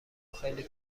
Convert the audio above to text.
خیلی